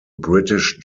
british